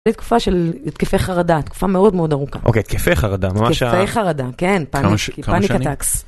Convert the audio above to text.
היתה לי תקופה של התקפי חרדה, תקופה מאוד מאוד ארוכה. אוקיי, התקפי חרדה, ממש... התקפי חרדה, כן, כמה שנים, panic atacks.